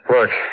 Look